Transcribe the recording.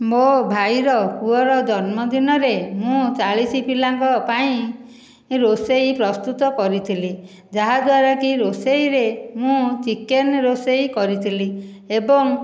ମୋ ଭାଇର ପୁଅର ଜନ୍ମଦିନରେ ମୁଁ ଚାଳିଶ ପିଲାଙ୍କ ପାଇଁ ରୋଷେଇ ପ୍ରସ୍ତୁତ କରିଥିଲି ଯାହାଦ୍ୱାରା କି ରୋଷେଇରେ ମୁଁ ଚିକେନ ରୋଷେଇ କରିଥିଲି ଏବଂ